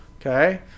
Okay